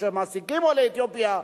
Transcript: שמעסיקים עולי אתיופיה,